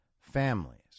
families